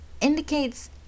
indicates